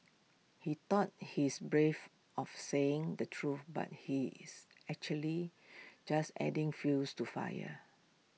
he thought he's brave of saying the truth but he is actually just adding fuels to fire